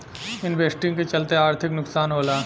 investing के चलते आर्थिक नुकसान होला